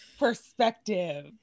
perspective